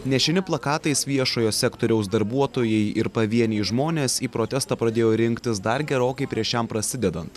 nešini plakatais viešojo sektoriaus darbuotojai ir pavieniai žmonės į protestą pradėjo rinktis dar gerokai prieš jam prasidedant